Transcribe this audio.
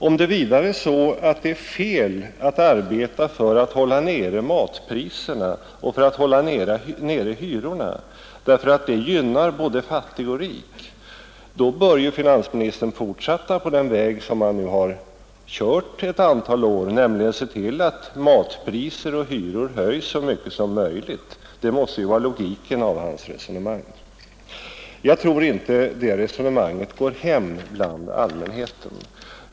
Om det vidare är så att det är fel att försöka hålla nere matpriserna och hyrorna, därför att det gynnar både fattig och rik, bör ju finansministern fortsätta på den väg som han nu har kört ett antal år, nämligen att se till att matpriser och hyror höjs så mycket som möjligt. Det måste vara logiken i hans resonemang. Jag tror inte det resonemanget går hem bland allmänheten.